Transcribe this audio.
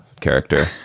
character